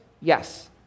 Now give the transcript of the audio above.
Yes